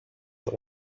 that